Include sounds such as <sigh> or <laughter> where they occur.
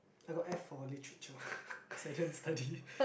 I got F for literature <breath> cause I don't study